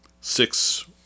six